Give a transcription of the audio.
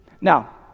Now